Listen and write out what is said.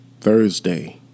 Thursday